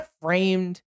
framed